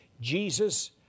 Jesus